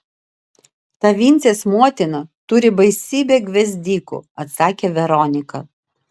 ta vincės motina turi baisybę gvazdikų atsakė veronika